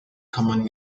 common